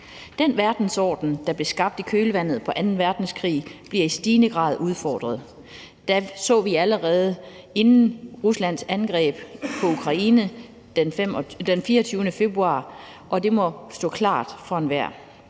Den verdensorden, der blev skabt i kølvandet på anden verdenskrig, bliver i stigende grad udfordret. Det så vi allerede inden Ruslands angreb på Ukraine den 24. februar, og det må stå klart for enhver.